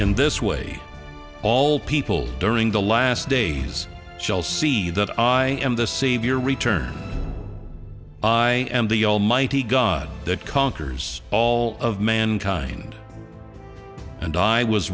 in this way all people during the last days shall see that i am the savior return i am the almighty god that conquers all of mankind and i was